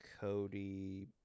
Cody